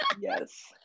Yes